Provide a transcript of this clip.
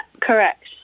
correct